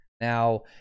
Now